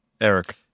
Eric